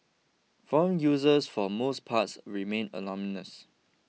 forum users for most parts remain anonymous